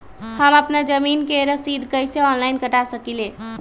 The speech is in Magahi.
हम अपना जमीन के रसीद कईसे ऑनलाइन कटा सकिले?